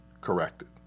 corrected